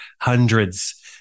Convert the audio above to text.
hundreds